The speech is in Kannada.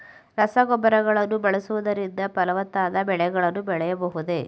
ರಸಗೊಬ್ಬರಗಳನ್ನು ಬಳಸುವುದರಿಂದ ಫಲವತ್ತಾದ ಬೆಳೆಗಳನ್ನು ಬೆಳೆಯಬಹುದೇ?